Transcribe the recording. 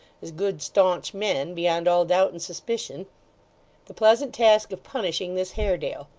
as good staunch men, beyond all doubt and suspicion the pleasant task of punishing this haredale.